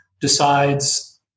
decides